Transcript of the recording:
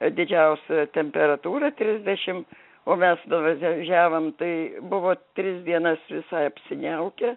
didžiausia temperatūra trisdešim o mes nuvažiavom tai buvo tris dienas visai apsiniaukę